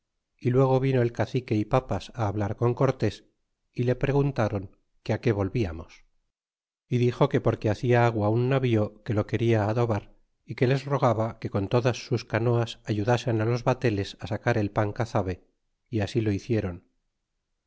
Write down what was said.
y luego vino el cacique y papas hablar cortés y le preguntron que qué volviamos y dixo que porque hacia agua un navío que lo quena adobar y que les rogaba que con todas sus canoas ayudasen los bateles sacar el pan cazabe é así lo hiciéron